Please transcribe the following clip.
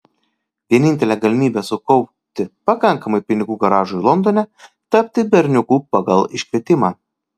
vienintelė galimybė sukaupti pakankamai pinigų garažui londone tapti berniuku pagal iškvietimą